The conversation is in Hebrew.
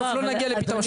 בסוף לא נגיע לפתרון.